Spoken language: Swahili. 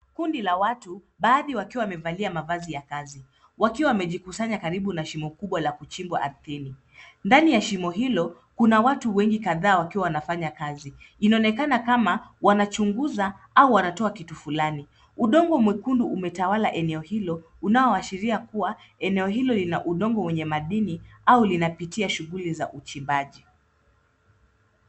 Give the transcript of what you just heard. Kundi la watu. Baadhi wakiwa wamevalia mavazi wakiwa wamejikusanyika katika shimo kubwa la kuchimbwa ardhini. Ndani ya shimo hilo kuna watu wengi kadhaa wakiwa wanafanya kazi. Inaonekana kama wanachunguza au wanatoa kitu fulani. Udongo mwekundu umetawala eneo hilo unaoashiria kuwa sehemu hilo lina udongo wenye madini au linapitia shughuli za uchimbaji.